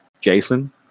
Jason